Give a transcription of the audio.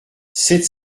sept